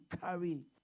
carry